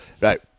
Right